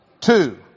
two